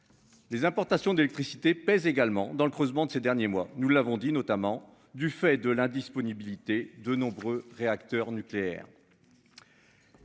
Les importations d'électricité pèse également dans le creusement de ces derniers mois, nous l'avons dit, notamment du fait de l'indisponibilité de nombreux réacteurs nucléaires.